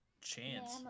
Chance